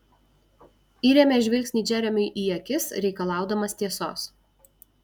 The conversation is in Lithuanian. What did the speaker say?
įrėmė žvilgsnį džeremiui į akis reikalaudamas tiesos